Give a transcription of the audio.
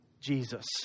Jesus